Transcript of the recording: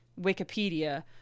Wikipedia